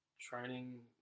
training